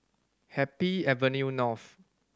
Happy Avenue North